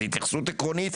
זו התייחסות עקרונית,